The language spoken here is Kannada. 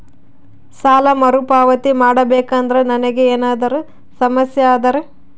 ಸಾಲ ಮರುಪಾವತಿ ಮಾಡಬೇಕಂದ್ರ ನನಗೆ ಏನಾದರೂ ಸಮಸ್ಯೆ ಆದರೆ?